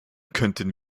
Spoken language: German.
könnten